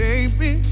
Baby